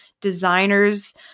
designers